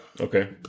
Okay